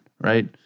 right